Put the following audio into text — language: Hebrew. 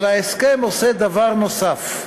אבל ההסכם עושה דבר נוסף: